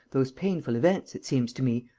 those painful events, it seems to me,